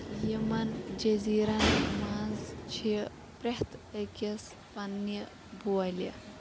یِمَن جٔزیٖرن منٛز چھِ پرٛٮ۪تھ أکِس پنٛنہِ بولہِ